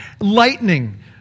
lightning